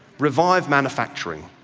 revive manufacturing.